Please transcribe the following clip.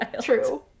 True